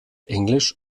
englisch